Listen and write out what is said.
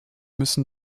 müssen